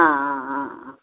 आं आं आं